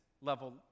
level